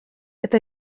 это